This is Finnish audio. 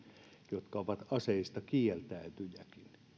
jotka ovat aseistakieltäytyjiäkin